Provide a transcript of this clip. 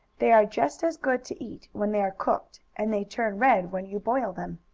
they are just as good to eat when they are cooked, and they turn red when you boil them.